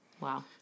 Wow